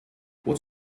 what